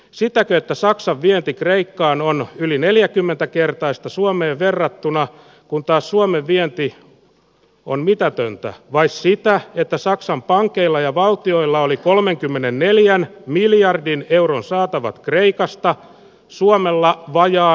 siitäkö että saksan vienti kreikkaan on yli neljäkymmentä kertaa suomeen verrattuna kun taas suomen vienti on mitätöntä vai siitä että saksan pankeilla ja valtioilla oli kolmenkymmenenneljän miljardin euron saatavat kreikasta suomella vajaa